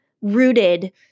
rooted